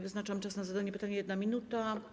Wyznaczam czas na zadanie pytania - 1 minuta.